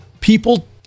people